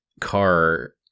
car